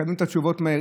מקבלים את התשובות מהר.